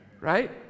right